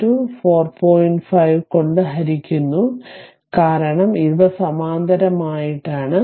5 r കൊണ്ട് ഹരിക്കുന്നു കാരണം ഇവ സമാന്തരമായിട്ടാണ്